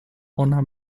ona